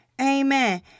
Amen